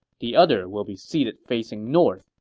the other will be seated facing north,